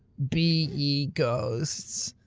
be ye ghosts?